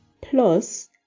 plus